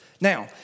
Now